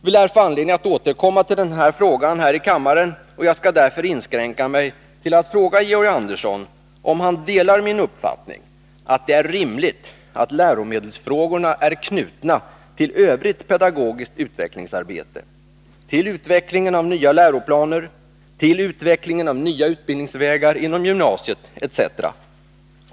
Vi lär få anledning att återkomma till den frågan här i kammaren, och jag skall därför inskränka mig till att fråga Georg Andersson om han delar min uppfattning att det är rimligt att läromedels frågorna är knutna till övrigt pedagogiskt utvecklingsarbete, till utvecklingen av nya läroplaner, till utvecklingen av nya utbildningsvägar inom gymnasieskolan, ete.?